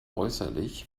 äußerlich